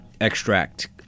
extract